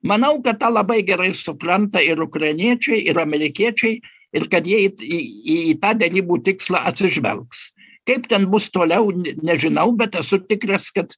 manau kad tą labai gerai supranta ir ukrainiečiai ir amerikiečiai ir kad jie į į į tą derybų tikslą atsižvelgs kaip ten bus toliau nežinau bet esu tikras kad